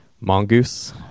mongoose